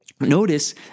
notice